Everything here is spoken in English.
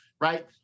right